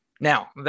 Now